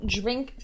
drink